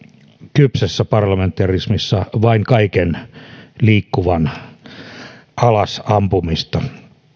kypsässä parlamentarismissa vain kaiken liikkuvan alas ampumista